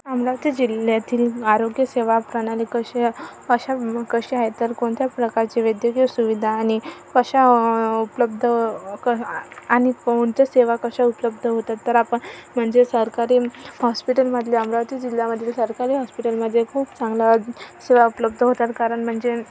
अमरावती जिल्ह्यातील आरोग्य सेवा प्रणाली कशी आहे अशा कशी आहे तर कोणत्या प्रकारच्या वैद्यकीय सुविधा आणि कशा उपलब्ध आणि कोणत्या सेवा कशा उपलब्ध होतात तर आपण म्हणजे सरकारी हॉस्पिटलमधल्या अमरावती जिल्ह्यामधील सरकारी हॉस्पिटलमध्ये खूप चांगला सेवा उपलब्ध होतात कारण म्हणजे